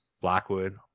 Blackwood